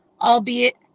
albeit